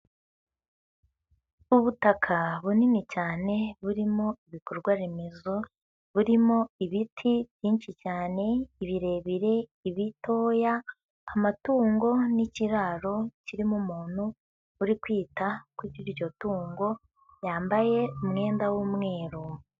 Ubutaka bunini cyane burimo ibikorwa remezo, burimo ibiti byinshi cyane birebire, ibitoya, amatungo n'ikiraro kirimo umuntu uri kwita kuri iryo tungo, yambaye umwenda w'umweru.